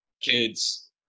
kids